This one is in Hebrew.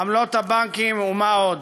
עמלות הבנקים ומה עוד.